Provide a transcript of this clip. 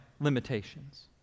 limitations